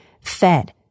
fed